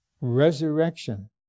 resurrection